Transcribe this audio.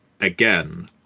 again